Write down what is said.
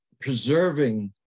preserving